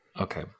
Okay